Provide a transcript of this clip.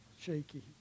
shaky